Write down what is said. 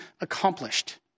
accomplished